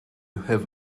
have